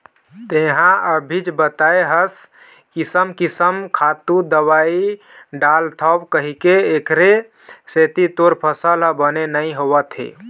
तेंहा अभीच बताए हस किसम किसम के खातू, दवई डालथव कहिके, एखरे सेती तोर फसल ह बने नइ होवत हे